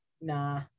nah